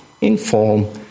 inform